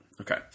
Okay